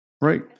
Right